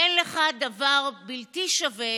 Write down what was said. אין לך דבר בלתי שווה